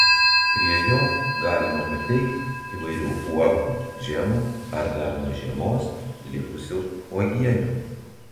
prie jo galima pateikti įvairių uogų džemų ar dar nuo žiemos likusių uogienių